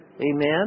Amen